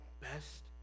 best